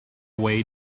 way